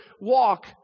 walk